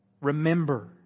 remember